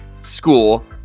school